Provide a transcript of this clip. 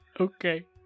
Okay